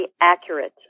accurate